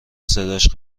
صداش